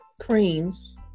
creams